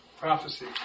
Prophecy